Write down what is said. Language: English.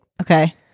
okay